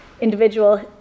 individual